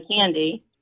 candy